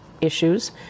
Issues